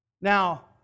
Now